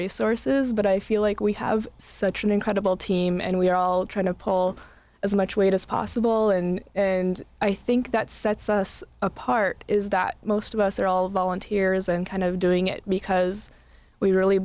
resources but i feel like we have such an incredible team and we're all trying to pull as much weight as possible in and i think that sets us apart is that most of us are all volunteers and kind of doing it because we really